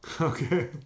Okay